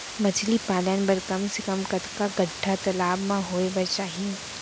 मछली पालन बर कम से कम कतका गड्डा तालाब म होये बर चाही?